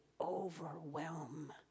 overwhelm